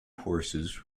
horses